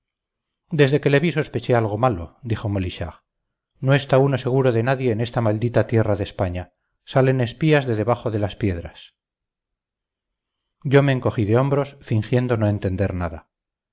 desde que le vi sospeché algo malo dijo molichard no está uno seguro de nadie en esta maldita tierra de españa salen espías de debajo de las piedras yo me encogí de hombros fingiendo no entender nada